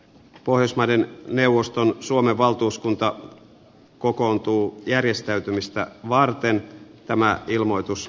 pohjoismaiden neuvoston suomen valtuuskunta kokoontuu järjestäytymistä varten tämä ilmoitus